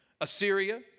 Assyria